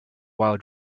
while